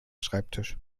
schreibtisch